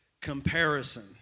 comparison